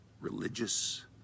Religious